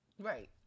Right